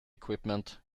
equipment